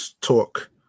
talk